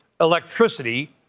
electricity